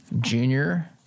junior